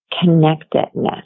connectedness